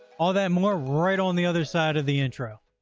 all that more, right on the other side of the intro.